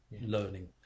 learning